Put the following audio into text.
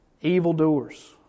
evildoers